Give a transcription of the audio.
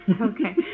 Okay